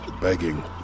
Begging